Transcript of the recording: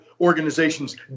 organizations